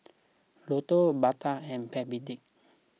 Lotto Bata and Backpedic